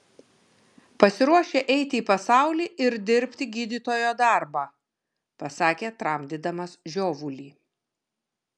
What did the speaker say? pasiruošę eiti į pasaulį ir dirbti gydytojo darbą pasakė tramdydamas žiovulį